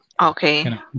Okay